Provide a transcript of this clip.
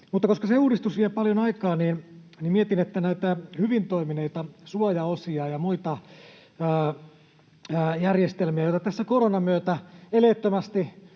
Mutta koska se uudistus vie paljon aikaa, niin mietin, että nämä hyvin toimineet suojaosat ja muut järjestelmät, joita tässä koronan myötä eleettömästi